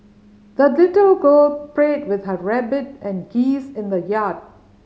the little girl played with her rabbit and geese in the yard